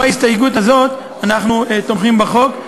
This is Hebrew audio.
בהסתייגות הזאת אנחנו תומכים בחוק.